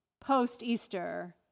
post-Easter